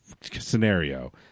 scenario